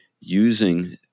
using